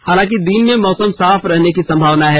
हालांकि दिन में मौसम साफ रहने की संभावना है